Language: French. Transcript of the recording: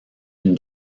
une